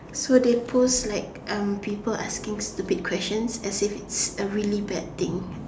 so they post like um people asking stupid questions as if it's a really bad thing